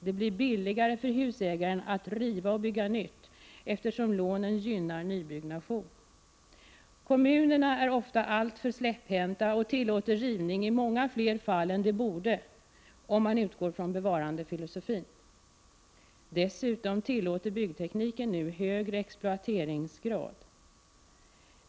Det blir billigare för husägaren att riva och bygga nytt, eftersom lånen gynnar nybyggande. Kommunerna är ofta alltför släpphänta och tillåter rivning i många fler fall än de borde, om man utgår från bevarandefilosofin. Dessutom tillåter byggtekniken nu högre exploateringsgrad.